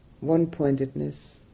One-pointedness